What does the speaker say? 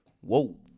Whoa